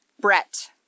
Brett